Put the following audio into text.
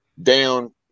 Down